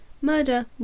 murder